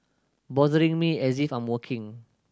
bothering me as if I'm working